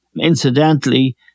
Incidentally